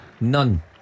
None